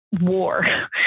war